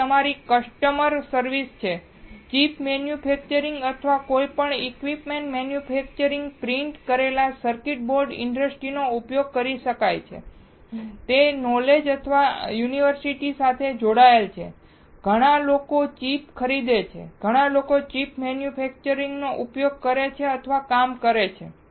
આગળ તમારી customer service છે ચિપ મેન્યુફેક્ચર અથવા કોઈપણ ઇક્વિપમેન્ટ મેન્યુફેક્ચર પ્રિંટ કરેલા સર્કિટ બોર્ડ ઇન્ડસ્ટ્રીનો ઉપયોગ કરી શકાય છે તે કોલેજ અને યુનિવર્સિટીઓ સાથે જોડાયેલ છે ઘણા લોકો ચિપ ખરીદે છે ઘણા લોકો ચિપ મેન્યુફેક્ચર સાથે ઉપયોગ કરે છે અથવા કામ કરે છે